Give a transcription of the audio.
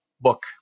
book